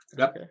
Okay